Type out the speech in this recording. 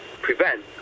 prevent